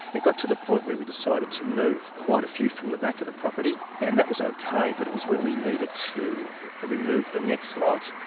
it got to the point where we decided to move quite a few from the back of the property, and that was okay, but it was when we needed to remove the next lot,